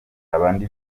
abandi